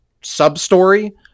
sub-story